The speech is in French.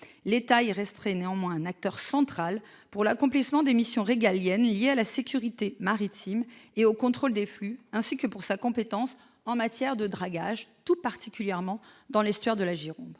Il resterait néanmoins un acteur central pour l'accomplissement des missions régaliennes liées à la sécurité maritime et au contrôle des flux, ainsi que pour sa compétence en matière de dragage, tout particulièrement dans l'estuaire de la Gironde.